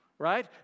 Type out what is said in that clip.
right